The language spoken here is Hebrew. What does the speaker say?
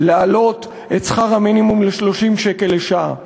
להעלות את שכר המינימום ל-30 שקל לשעה.